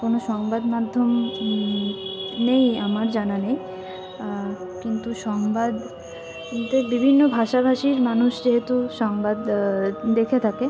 কোনো সংবাদ মাধ্যম নেই আমার জানা নেই কিন্তু সংবাদ কিন্তু বিভিন্ন ভাষাভাষীর মানুষ যেহেতু সংবাদ দেখে থাকে